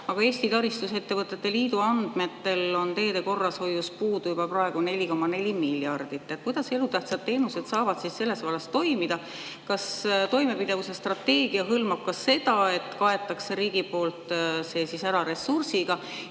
Aga Eesti Taristuehituse Liidu andmetel on teede korrashoiust puudu juba praegu 4,4 miljardit. Kuidas elutähtsad teenused saavad selles vallas toimida? Kas toimepidevuse strateegia hõlmab ka seda, et riik katab selle ära ressursiga?